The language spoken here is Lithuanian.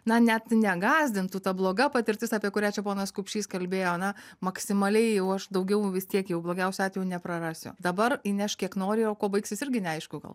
na net negąsdintų ta bloga patirtis apie kurią čia ponas kupšys kalbėjo na maksimaliai jau aš daugiau vis tiek jau blogiausiu atveju neprarasiu dabar įnešk kiek nori o kuo baigsis irgi neaišku gal